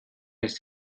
ist